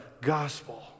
gospel